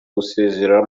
gusezerera